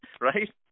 right